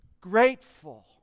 Grateful